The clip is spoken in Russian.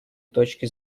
точки